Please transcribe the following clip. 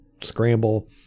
scramble